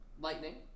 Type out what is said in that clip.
Lightning